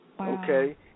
okay